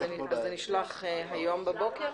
זה נשלח היום בבוקר?